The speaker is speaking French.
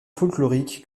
folklorique